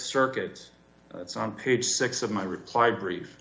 circuit that's on page six of my reply brief